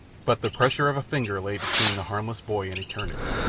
but the pressure of a finger lay between the harmless boy and eternity.